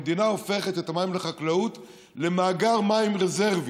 המדינה הופכת את המים לחקלאות למאגר מים רזרבי: